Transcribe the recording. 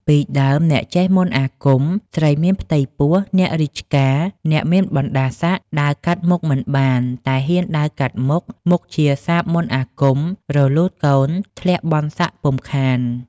ពីដើម អ្នកចេះមន្តអាគម, ស្រីមានផ្ទៃពោះ, អ្នករាជការ, អ្នកមានបណ្ដាសក្ដិ ដើរកាត់មុខមិនបាន, តែហ៊ានដើរកាត់មុខ មុខជាសាបមន្តអាគម, រលូតកូន, ធ្លាក់បុណ្យសក្ដិពុំខាន ។